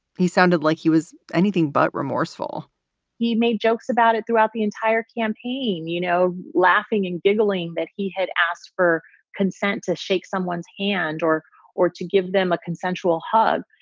he sounded like he was anything but remorseful he made jokes about it throughout the entire campaign. you know, laughing and giggling that he had asked for consent to shake someone's hand or or to give them a consensual hug.